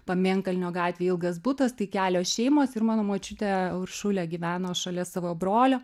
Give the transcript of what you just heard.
pamėnkalnio gatvėj ilgas butas tai kelios šeimos ir mano močiutė uršulė gyveno šalia savo brolio